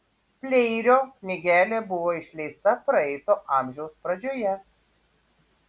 pleirio knygelė buvo išleista praeito amžiaus pradžioje